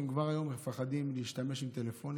כשהם כבר היום מפחדים להשתמש בטלפונים,